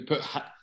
put